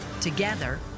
Together